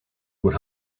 would